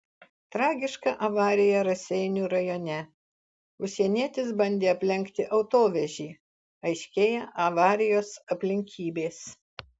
tragiška avarija raseinių rajone užsienietis bandė aplenkti autovežį aiškėja avarijos aplinkybės